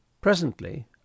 Presently